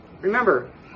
Remember